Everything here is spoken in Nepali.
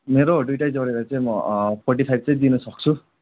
मेरो दुइवटै जोडेर चाहिँ म फोर्टी फाइभ चाहिँ दिन सक्छु